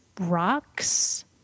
rocks